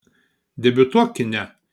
debiutuok kine